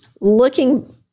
looking